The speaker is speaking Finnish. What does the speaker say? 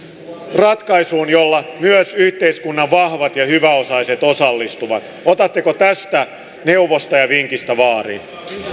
ratkaisuun jolla myös yhteiskunnan vahvat ja hyväosaiset osallistuvat otatteko tästä neuvosta ja vinkistä vaarin